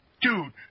Dude